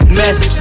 mess